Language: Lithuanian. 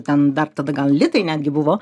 ten dar tada gal litai netgi buvo